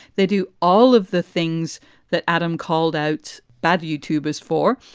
they do all of the things that adam called out, bad youtube is for.